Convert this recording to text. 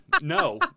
No